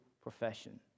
profession